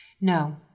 No